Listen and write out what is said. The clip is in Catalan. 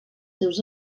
seus